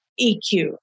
EQ